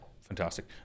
fantastic